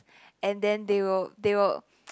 and then they will they will